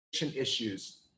issues